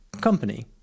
company